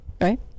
right